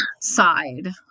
side